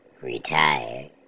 retired